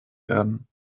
werden